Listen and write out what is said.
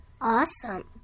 Awesome